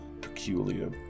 Peculiar